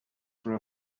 for